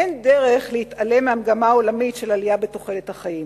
אין דרך להתעלם מהמגמה העולמית של עלייה בתוחלת החיים.